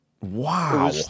Wow